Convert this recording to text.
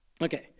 okay